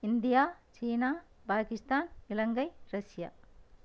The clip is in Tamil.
இந்தியா சீனா பாகிஸ்தான் இலங்கை ரஷ்யா